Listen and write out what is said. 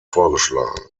vorgeschlagen